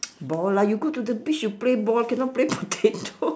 ball lah you go to the beach you play ball cannot play potato